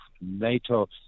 NATO